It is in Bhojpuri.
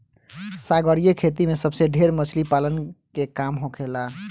सागरीय खेती में सबसे ढेर मछली पालन के काम होखेला